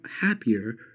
happier